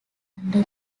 under